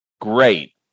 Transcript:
Great